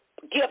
gift